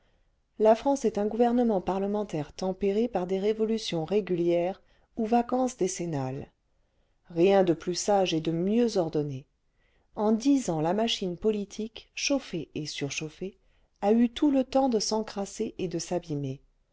la france est un gouvernement parlementaire tempéré par des révolutions régulières ou vacances décennales rien de plus sage et de mieux ordonné en dix ans la machine politique chauffée et surchauffée a eu tout le temps de s'encrasser et de s'abîmer